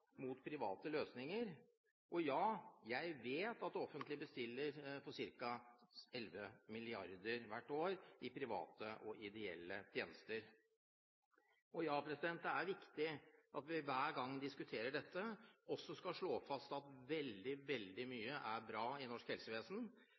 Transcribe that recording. mot private løsninger å gjøre. Jeg vet at det offentlige bestiller private og ideelle tjenester for ca. 11 mrd. kr hvert år. Det er viktig at vi hver gang vi diskuterer dette, også slår fast at veldig, veldig